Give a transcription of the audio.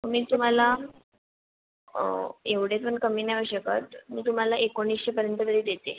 मी तुम्हाला एवढे पण कमी नाही होऊ शकत मी तुम्हाला एकोणीसशेपर्यंत तरी देते